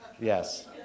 Yes